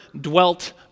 dwelt